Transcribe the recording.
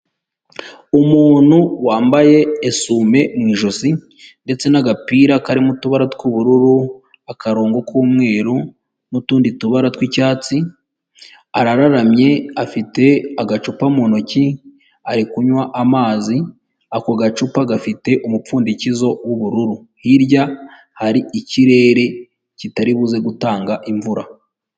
Umuntu wambaye esume mu ijosi ndetse n'agapira karimo utubara tw'ubururu akarongo k'umweru n'utundi tubara tw'icyatsi, arararamye afite agacupa mu ntoki ari kunywa amazi. Ako gacupa gafite umupfundikizo w'ubururu hirya hari ikirere kitari buze gutanga imvura.